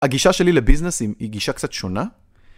הגישה שלי לביזנסים היא גישה קצת שונה.